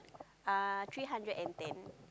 uh three hundred and ten